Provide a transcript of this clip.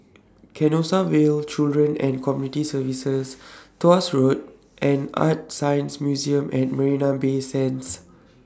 Canossaville Children and Community Services Tuas Road and ArtScience Museum At Marina Bay Sands